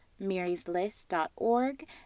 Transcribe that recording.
maryslist.org